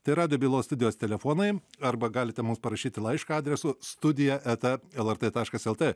tai radijo bylos studijos telefonai arba galite mums parašyti laišką adresu studija eta lrt taškas lt